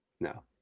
No